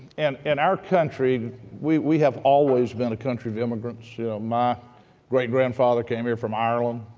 and in our country we we have always been a country of immigrants. you know my great-grandfather came here from ireland,